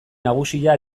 nagusia